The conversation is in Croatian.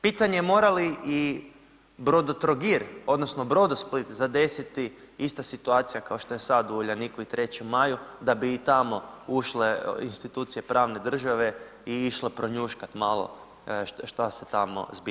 Pitanje mora li i Brodotrogir odnosno Brodosplit zadesiti ista situacija kao što je sad u Uljaniku i 3. maju da bi i tamo ušle institucije pravne države i išle pronjuškat malo šta se tamo zbiva.